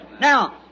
Now